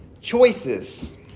choices